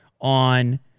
on